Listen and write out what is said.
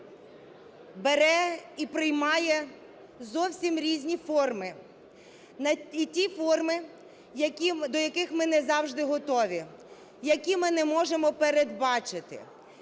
бере і приймає зовсім різні форми, і ті форми, до яких ми не завжди готові, які ми не можемо передбачити.